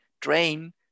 drain